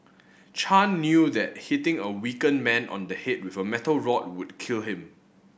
Chan knew that hitting a weakened man on the head with a metal rod would kill him